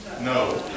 No